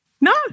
No